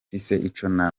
ico